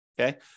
Okay